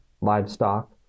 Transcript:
livestock